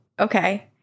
Okay